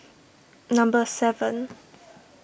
number seven